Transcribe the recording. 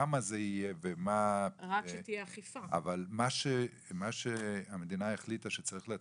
כמה זה יהיה אבל מה שהמדינה החליטה שצריך לתת,